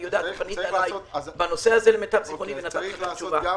אני יודע כי פנית אליי בנושא הזה ונתתי לך תשובה.